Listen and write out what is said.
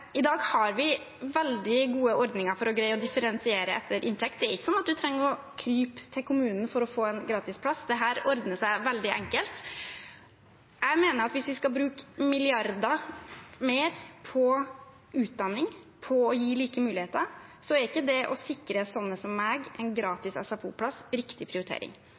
I dag har vi veldig gode ordninger for å greie å differensiere etter inntekt. Det er ikke sånn at en trenger å krype til kommunen for å få en gratis plass. Dette ordner seg veldig enkelt. Jeg mener at hvis vi skal bruke milliarder mer på utdanning, på å gi like muligheter, er ikke det å sikre sånne som meg en gratis SFO-plass riktig prioritering.